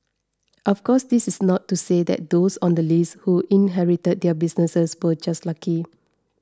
of course this is not to say that those on the list who inherited their businesses were just lucky